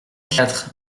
quatre